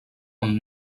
amb